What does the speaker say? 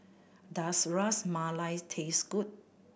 does Ras Malai taste good